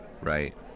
Right